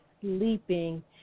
sleeping